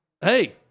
Hey